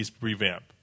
revamp